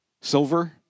silver